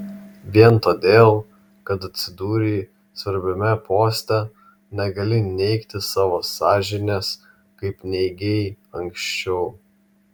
vien todėl kad atsidūrei svarbiame poste negali neigti savo sąžinės kaip neigei anksčiau